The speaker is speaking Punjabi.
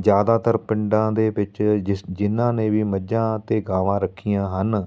ਜ਼ਿਆਦਾਤਰ ਪਿੰਡਾਂ ਦੇ ਵਿੱਚ ਜਿਸ ਜਿਨ੍ਹਾਂ ਨੇ ਵੀ ਮੱਝਾਂ ਅਤੇ ਗਾਵਾਂ ਰੱਖੀਆਂ ਹਨ